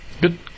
Good